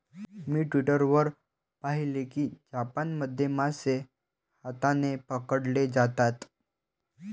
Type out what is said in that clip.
मी Twitter वर पाहिले की जपानमध्ये मासे हाताने पकडले जातात